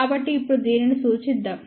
కాబట్టి ఇప్పుడు దీనిని సుచిద్దాం